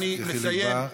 אני מסיים.